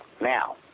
Now